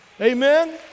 Amen